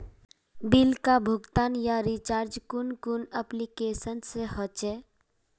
Bill का भुगतान या रिचार्ज कुन कुन एप्लिकेशन से होचे?